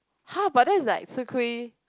!huh! but that's like 吃亏